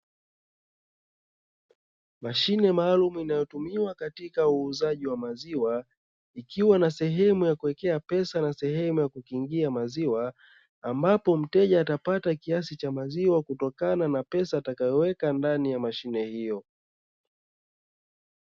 Mashine maalumu inayotumiwa katika uuzaji wa maziwa ikiwa na sehemu ya kuwekea pesa na sehemu ya kukingia maziwa, ambapo mteja atapata kiasi cha maziwa kutokana na pesa atakayoweka ndani ya mashine hiyo.